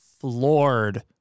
floored